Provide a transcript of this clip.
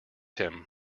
him